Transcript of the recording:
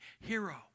hero